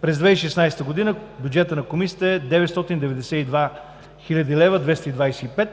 През 2016 г. бюджетът на Комисията е 992 хил. 255 лв.,